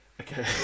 Okay